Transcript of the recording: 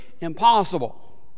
impossible